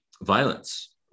violence